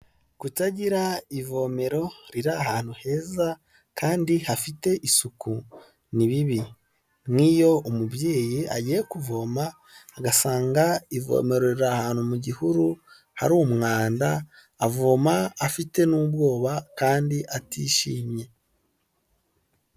Kutagira ivomero riri ahantu heza kandi hafite isuku ni bibi. Nk'iyo umubyeyi agiye kuvoma agasanga ivomero riri ahantu mu gihuru hari umwanda, avoma afite n'ubwoba kandi atishimye.